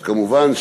כמובן,